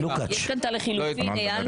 יש כאן את הלחילופין, אייל.